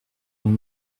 vont